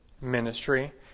ministry